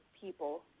people